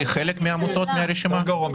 הרשימה.